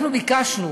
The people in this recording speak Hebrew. אנחנו ביקשנו